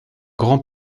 grand